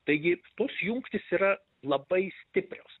taigi tos jungtys yra labai stiprios